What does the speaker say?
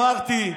אמרתי,